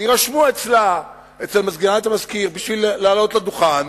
יירשמו אצל מזכירת המזכיר בשביל לעלות לדוכן,